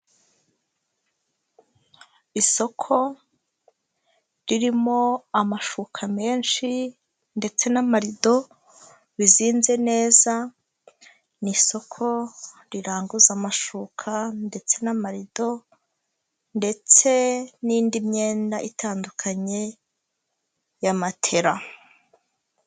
Isoko ririmo amashuka menshi ndetse n'amarido bizinze neza, ni isoko riranguza amashuka ndetse n'amarido ndetse n'indi myenda itandukanye ya matela.